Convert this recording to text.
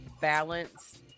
balance